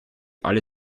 alle